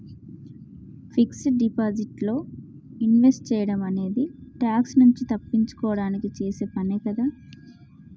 fixed deposit లో invest సేయడం అనేది ట్యాక్స్ నుంచి తప్పించుకోడానికి చేసే పనే కదా